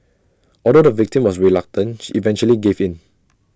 although the victim was reluctant she eventually gave in